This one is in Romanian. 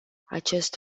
acest